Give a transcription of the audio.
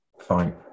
fine